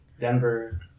Denver